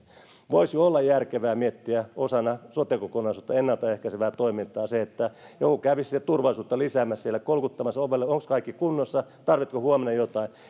voisi olla järkevää miettiä osana sote kokonaisuutta ennalta ehkäisevää toimintaa sitä että joku kävisi siellä turvallisuutta lisäämässä kolkuttamassa ovelle kysymässä onko kaikki kunnossa tarvitsetko huomenna jotain